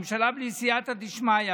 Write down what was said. ממשלה בלי סייעתא דשמיא,